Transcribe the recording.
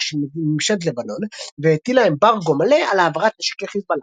של ממשלת לבנון והטילה אמברגו מלא על העברת נשק לחזבאללה.